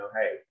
hey